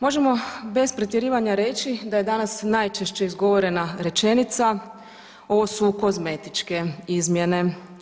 Možemo bez pretjerivanja reći da je danas najčešće izgovorena rečenica, ovo su kozmetičke izmjene.